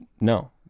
No